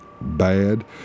bad